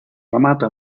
remata